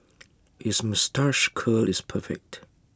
his moustache curl is perfect